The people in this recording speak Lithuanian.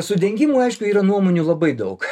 su dengimu aišku yra nuomonių labai daug